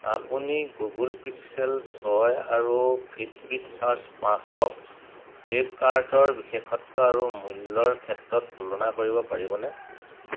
আপুনি Google Pixel ছয় আৰু ফিটবিট চাৰ্জ পাঁচক ফ্লিপ্পকাৰ্টৰ বিশেষত্ব আৰু মূল্যৰ ক্ষেত্ৰত তুলনা কৰিব পাৰিবনে